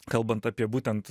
kalbant apie būtent